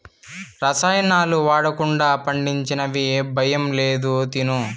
రసాయనాలు వాడకుండా పండించినవి భయం లేదు తిను